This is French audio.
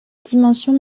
dimension